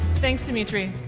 thanks, dmitri.